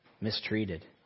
mistreated